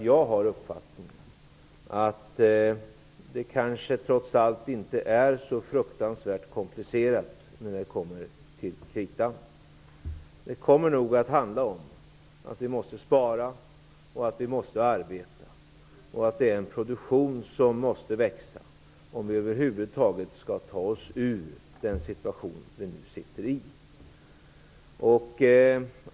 Jag har den uppfattningen att det kanske trots allt inte är så fruktansvärt komplicerat när det kommer till kritan. Det handlar om att vi måste spara och arbeta samt att produktionen måste växa, om vi över huvud taget skall kunna ta oss ur den situation som vi nu befinner oss i.